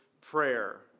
prayer